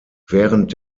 während